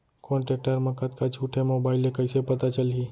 कोन टेकटर म कतका छूट हे, मोबाईल ले कइसे पता चलही?